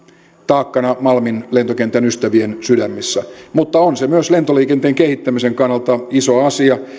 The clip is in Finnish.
taakkana malmin lentokentän ystävien sydämissä mutta on se myös lentoliikenteen kehittämisen kannalta iso asia